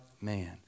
man